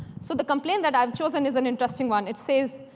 so the complaint that i've chosen is an interesting one. it says,